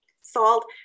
salt